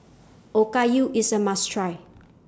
Okayu IS A must Try